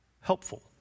helpful